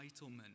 entitlement